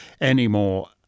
anymore